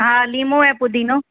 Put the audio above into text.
हा लीमों ऐं पुदीनो